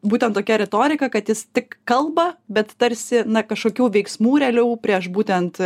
būtent tokia retorika kad jis tik kalba bet tarsi na kažkokių veiksmų realių prieš būtent